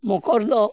ᱢᱚᱠᱚᱨ ᱫᱚ